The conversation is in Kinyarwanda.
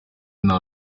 nta